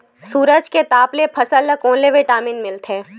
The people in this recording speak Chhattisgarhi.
सूरज के ताप ले फसल ल कोन ले विटामिन मिल थे?